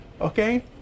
okay